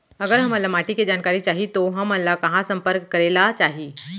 अगर हमन ला माटी के जानकारी चाही तो हमन ला कहाँ संपर्क करे ला चाही?